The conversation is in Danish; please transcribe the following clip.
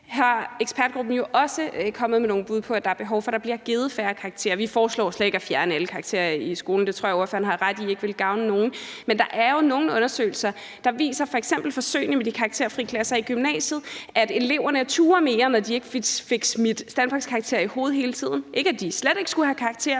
ekspertgruppen jo også kommet med nogle bud på. Der er behov for, at der bliver givet færre karakterer. Vi foreslår slet ikke at fjerne alle karakterer i skolen; det tror jeg ordføreren har ret i ikke vil gavne nogen. Men der er jo nogle undersøgelser – f.eks. forsøgene med de karakterfrie klasser i gymnasiet – der viser, at eleverne turde mere, når de ikke fik smidt standpunktskarakterer i hovedet hele tiden. Det var ikke sådan, at de slet ikke skulle have karakterer,